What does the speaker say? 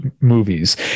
movies